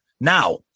Now